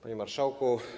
Panie Marszałku!